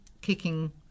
kicking